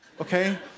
okay